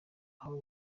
aho